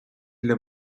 для